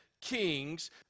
kings